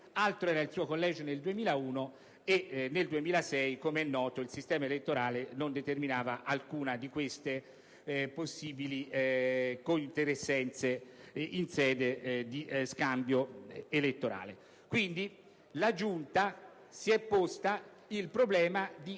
altro era il suo collegio nel 2001 e che nel 2006, com'è noto, il sistema elettorale non determinava alcuna di queste possibili cointeressenze in sede di scambio elettorale. Quindi, la Giunta si è posta il problema di